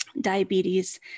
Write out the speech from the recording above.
diabetes